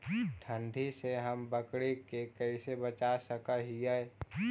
ठंडी से हम बकरी के कैसे बचा सक हिय?